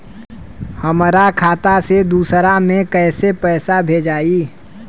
हमरा खाता से दूसरा में कैसे पैसा भेजाई?